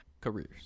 careers